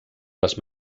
les